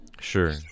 Sure